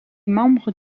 membre